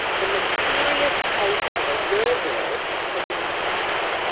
the mysterious case of a rare bird called the night parrot.